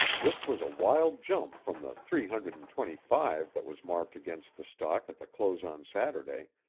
this was a wild jump from the three hundred and twenty-five that was marked against the stock at the close on saturday,